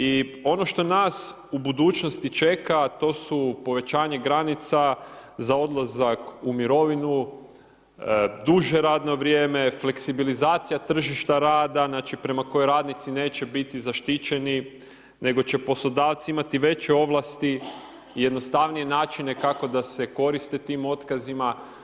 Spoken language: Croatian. I ono što nas u budućnosti čeka to su povećanje granica za odlazak u mirovinu, duže radno vrijeme, fleksibilizacija tržišta rada znači prema kojoj radnici neće biti zaštićeni nego će poslodavci imati veće ovlasti i jednostavnije načine kako da se koriste tim otkazima.